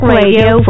radio